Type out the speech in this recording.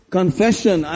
confession